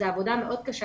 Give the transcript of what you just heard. זו עבודה מאוד קשה,